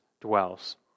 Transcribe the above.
dwells